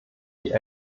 die